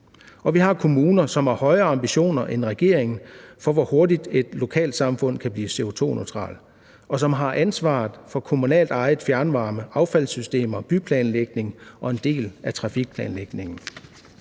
Vi har kommuner, som har højere ambitioner end regeringen for, hvor hurtigt et lokalsamfund kan blive CO2-neutralt, og som har ansvaret for kommunalt ejet fjernvarme, affaldssystemer, byplanlægning og en del af trafikplanlægningen.